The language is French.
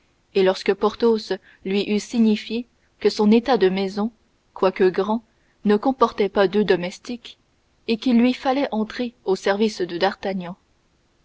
et lorsque porthos lui eut signifié que son état de maison quoi que grand ne comportait pas deux domestiques et qu'il lui fallait entrer au service de d'artagnan